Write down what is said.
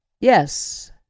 Yes